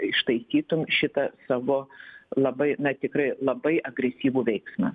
ištaisytum šitą savo labai na tikrai labai agresyvų veiksmą